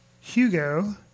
Hugo